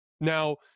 Now